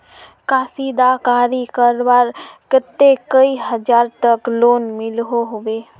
कशीदाकारी करवार केते कई हजार तक लोन मिलोहो होबे?